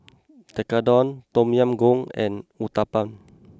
Tekkadon Tom Yam Goong and Uthapam